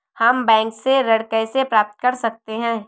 हम बैंक से ऋण कैसे प्राप्त कर सकते हैं?